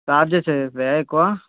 charges అవుతాయా ఎక్కువ